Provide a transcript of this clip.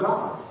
God